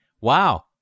wow